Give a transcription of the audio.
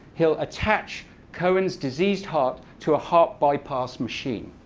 he'll attach cohen's diseased heart to a heart bypass machine.